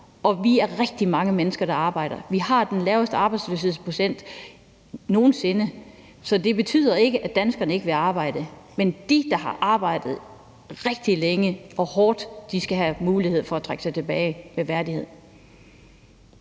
og vi er rigtig mange mennesker, der arbejder. Vi har den laveste arbejdsløshedsprocent nogen sinde, så det betyder ikke, at danskerne ikke vil arbejde. Men de, der har arbejdet rigtig længe og hårdt, skal have mulighed for at trække sig tilbage med værdighed.